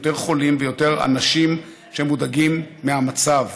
יותר חולים ויותר אנשים שמודאגים מהמצב.